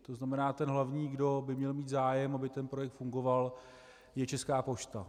To znamená, ten hlavní, kdo by měl mít zájem, aby ten projekt fungoval, je Česká pošta.